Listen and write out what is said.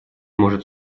может